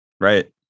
Right